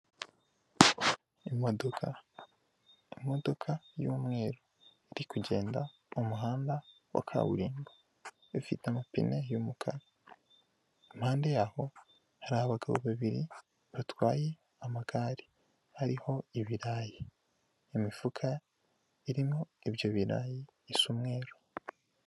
Imodoka, imodoka y'umweru iri kugenda mu muhanda wa kaburimbo, ifite amapine y'umukara. Impande yaho hari abagabo babiri batwaye amagare hariho ibirayi, imifuka irimo ibyo birayi isa umweru.